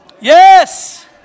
Yes